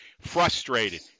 frustrated